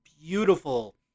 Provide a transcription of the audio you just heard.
beautiful